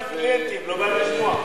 אין קליינטים, לא באים לשמוע.